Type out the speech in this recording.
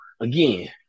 again